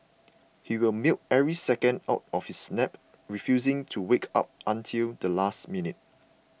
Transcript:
he will milk every second out of his nap refusing to wake up until the last minute